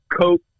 coat